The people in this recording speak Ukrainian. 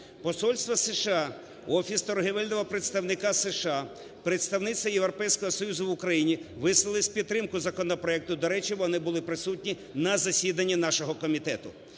Посольство США, Офіс торгівельного представника США, представництво Європейського Союзу в Україні висловились в підтримку законопроекту, до речі, вони були присутні на засіданні нашого комітету.